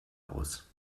aus